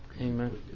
Amen